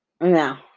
No